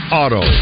auto